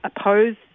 oppose